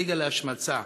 הליגה נגד השמצה